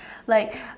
like